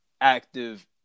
active